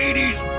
80s